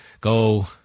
go